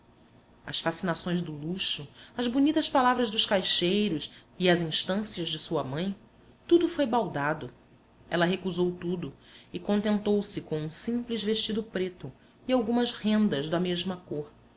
as fascinações do luxo as bonitas palavras dos caixeiros e as instâncias de sua mãe tudo foi baldado ela recusou tudo e contentou-se com um simples vestido preto e algumas rendas da mesma cor